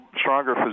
stronger